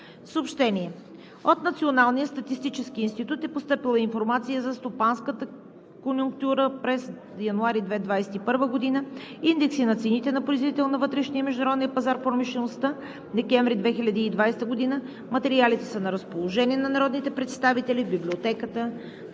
и медиите. От Националния статистически институт е постъпила информация за Стопанската конюнктура през януари 2021 г., Индекси на цените на производителите на вътрешния и международния пазар в промишлеността декември 2020 г. Материалите са на разположение на народните представители в Библиотеката